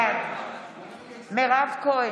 בעד מירב כהן,